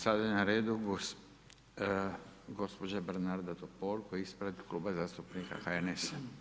Sada je na redu gospođa Bernarda Topolko ispred Kluba zastupnika HNS-a.